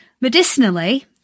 Medicinally